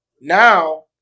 now